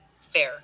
fair